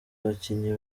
abakinnyi